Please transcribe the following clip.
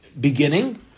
beginning